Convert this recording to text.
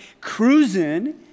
cruising